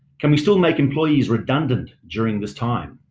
can we still make employees redundant during this time?